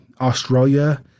Australia